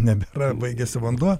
nebėra baigėsi vanduo